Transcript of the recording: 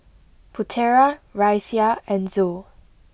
Putera Raisya and Zul